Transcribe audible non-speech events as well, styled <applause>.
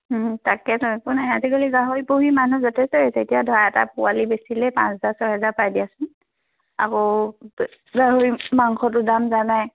তাকেতো একো নাই আজিকালি গাহৰি পুহি মানুহ যথেষ্ট <unintelligible> এতিয়া ধৰা এটা পোৱালী বেচিলে পাঁচ হাজাৰ ছয় হেজাৰ পাই দিয়াচোন আকৌ <unintelligible> গাহৰি মাংসটো দাম জানাই